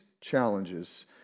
challenges